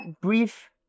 brief